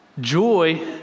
joy